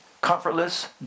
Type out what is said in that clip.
comfortless